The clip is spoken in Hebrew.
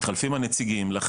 מתחלפים הנציגים שלהם.